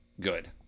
good